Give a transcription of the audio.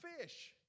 fish